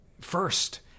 first